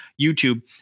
YouTube